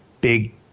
big